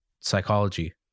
psychology